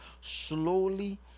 slowly